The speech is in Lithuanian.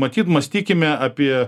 matyt mąstykime apie